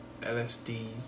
lsd